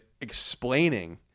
explaining